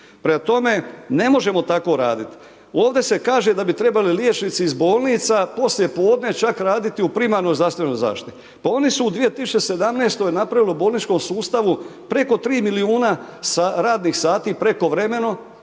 Prema tome, ne možemo tako raditi. Ovdje se kaže da bi trebali liječnici iz bolnica, poslije podne, čak raditi u primarnoj zdravstvenoj zaštiti. Pa oni su u 2017. napravili u bolničkom sustavu preko 3 milijuna radnih sati, prekovremeno,